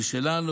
היא שלנו,